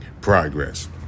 progress